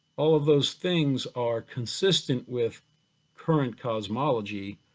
all of those things are consistent with current cosmology,